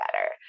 better